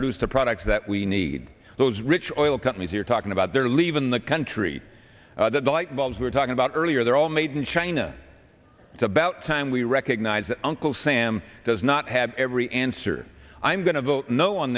produce the products that we need those rich oil companies here talking about their leave in the country that the light bulbs were talking about earlier they're all made in china it's about time we recognize that uncle sam does not have every answer i'm going to vote no on